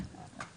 גברתי,